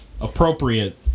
Appropriate